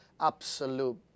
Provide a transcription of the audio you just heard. absolute